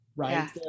Right